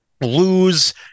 lose